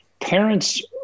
parents